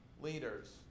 leaders